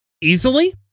easily